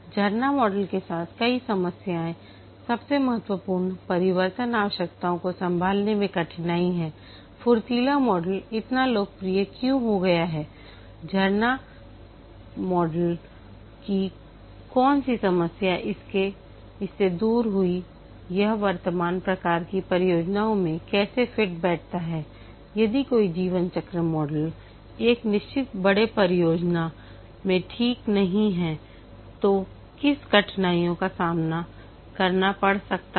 झरना मॉडल के साथ कई समस्याएं सबसे महत्वपूर्ण परिवर्तन आवश्यकताओं को संभालने में कठिनाई है फुर्तीला मॉडल इतना लोकप्रिय क्यों हो गया हैझरना के मॉडल की कौन सी समस्याएं इससे दूर हुईं यह वर्तमान प्रकार की परियोजनाओं में कैसे फिट बैठता हैयदि कोई जीवन चक्र मॉडल एक निश्चित बड़े परियोजना में ठीक नहीं है तो किस कठिनाई का सामना करना पड़ सकता है